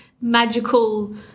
magical